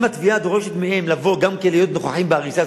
אם התביעה דורשת מהם לבוא גם כן ולהיות נוכחים בהריסה,